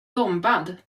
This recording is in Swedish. bombad